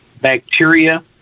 bacteria